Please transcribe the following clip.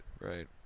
Right